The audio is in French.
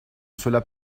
cela